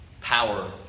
power